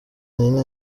nina